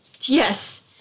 yes